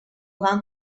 van